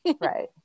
Right